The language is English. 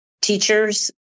teachers